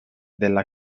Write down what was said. della